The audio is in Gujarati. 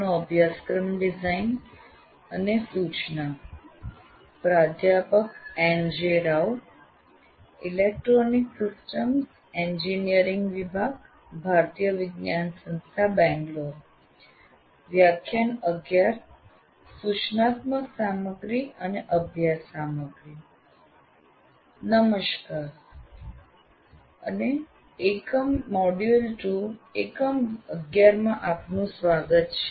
નમસ્કાર અને મોડ્યુલ 2 એકમ 11 માં આપનું સ્વાગત છે